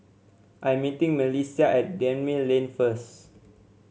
I am meeting MelissiA at Gemmill Lane first